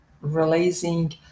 releasing